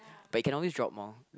but you can always drop more